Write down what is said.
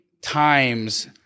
times